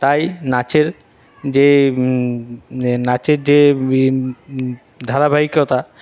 তাই নাচের যে নাচের যে ধারাবাহিকতা